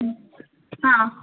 ಹ್ಞೂ ಹಾಂ